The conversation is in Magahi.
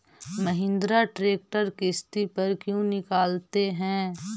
महिन्द्रा ट्रेक्टर किसति पर क्यों निकालते हैं?